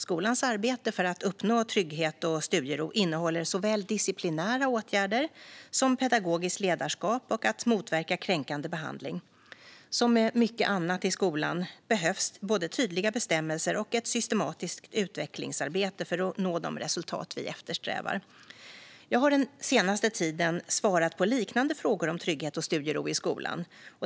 Skolans arbete för att uppnå trygghet och studiero innehåller såväl disciplinära åtgärder som pedagogiskt ledarskap och att motverka kränkande behandling. Som med mycket annat i skolan behövs både tydliga bestämmelser och ett systematiskt utvecklingsarbete för att nå de resultat vi eftersträvar. Jag har den senaste tiden svarat på liknande frågor om trygghet och studiero i skolan.